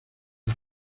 las